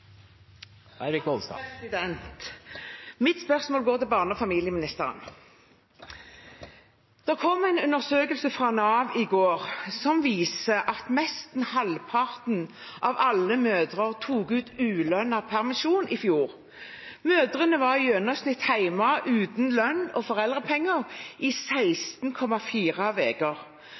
neste hovedspørsmål. Mitt spørsmål går til barne- og familieministeren. Det kom en undersøkelse fra Nav i går som viser at nesten halvparten av mødre tok ut ulønnet permisjon i fjor. Mødrene var i gjennomsnitt hjemme uten lønn og foreldrepenger i 16,4